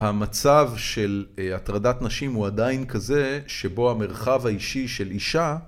המצב של הטרדת נשים הוא עדיין כזה שבו המרחב האישי של אישה